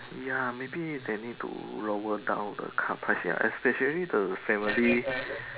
ya maybe they need to lower down the car price ya especially the family